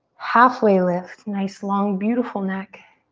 halfway lift. nice long, beautiful neck.